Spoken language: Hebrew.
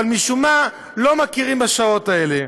אבל משום מה לא מכירים בשעות האלה.